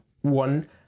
one